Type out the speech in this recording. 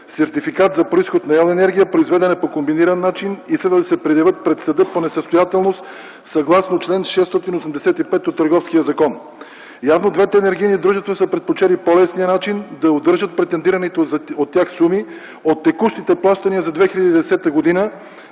Сертификат за произход на електроенергия, произведена по комбиниран начин, и следва да се предявят пред съда по несъстоятелност съгласно чл. 685 от Търговския закон. Явно двете енергийни дружества са предпочели по-лесния начин – да удържат претендираните от тях суми от текущите плащания за 2010 г.,